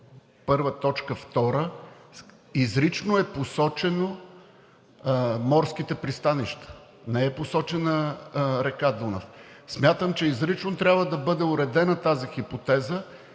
„в“, ал. 1, т. 2 изрично е посочено – морските пристанища, не е посочена река Дунав. Смятам, че изрично трябва да бъде уредена тази хипотеза,